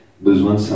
besoin